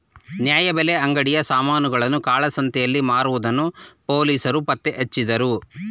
ನ್ಯಾಯಬೆಲೆ ಅಂಗಡಿಯ ಸಾಮಾನುಗಳನ್ನು ಕಾಳಸಂತೆಯಲ್ಲಿ ಮಾರುವುದನ್ನು ಪೊಲೀಸರು ಪತ್ತೆಹಚ್ಚಿದರು